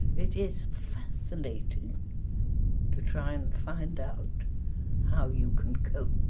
it is fascinating to try and find out how you can cope